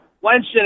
Wentz